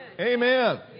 Amen